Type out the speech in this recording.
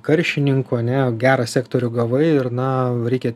karšininkų ar ne gerą sektorių gavai ir na reikia